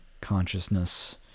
consciousness